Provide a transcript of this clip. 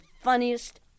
funniest